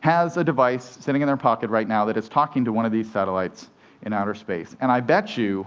has a device sitting in their pocket right now that is talking to one of these satellites in outer space. and i bet you